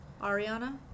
Ariana